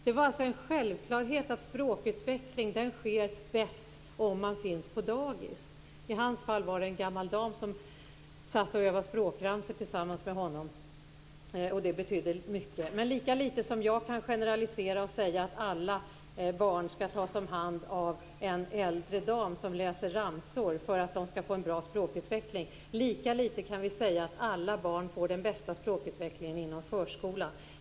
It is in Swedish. Det var alltså en självklarhet att språkutveckling sker bäst på dagis. I min sons fall var det en gammal dam som satt och övade språkramsor tillsammans med honom, och det betydde mycket. Lika litet som jag kan generalisera och säga att alla barn skall tas om hand av en äldre dam som läser ramsor för att de skall få en bra språkutveckling, lika litet kan vi säga att alla barn får den bästa språkutvecklingen inom förskolan.